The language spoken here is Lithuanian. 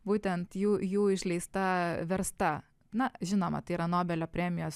būtent jų jų išleista versta na žinoma tai yra nobelio premijos